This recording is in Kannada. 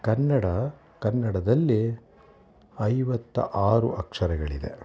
ಕನ್ನಡ ಕನ್ನಡದಲ್ಲಿ ಐವತ್ತ ಆರು ಅಕ್ಷರಗಳಿದೆ